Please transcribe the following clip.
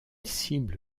cible